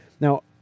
Now